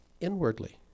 inwardly